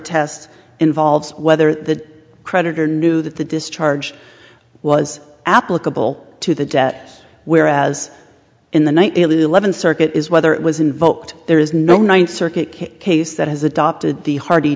test involves whether the creditor knew that the discharge was applicable to the debt whereas in the one nine eleven circuit is whether it was invoked there is no ninth circuit case that has adopted the hardy